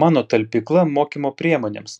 mano talpykla mokymo priemonėms